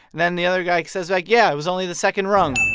then the other guy says, like, yeah. it was only the second rung